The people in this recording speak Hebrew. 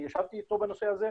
אני ישבתי איתו בנושא הזה.